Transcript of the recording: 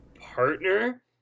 partner